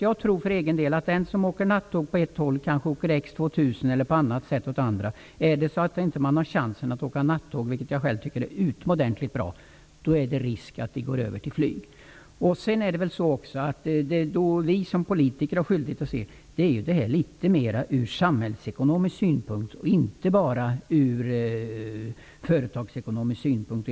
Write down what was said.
Jag tror att den som åker nattåg åt ett håll, kanske åker X 2000 eller något annat åt andra hållet. Om man inte har chansen att åka nattåg, vilket jag själv tycker är utomordentligt bra, är det risk att man går över till flyg. Vi som politiker har skyldighet att se detta litet mera ur samhällsekonomisk synpunkt och inte bara ur företagsekonomisk synpunkt.